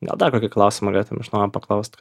gal dar kokį klausimą galėtum iš naujo paklaust